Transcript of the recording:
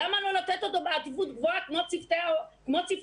למה לא לתת אותו בעדיפות גבוהה, כמו צוותי הרפואה?